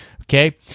Okay